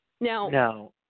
Now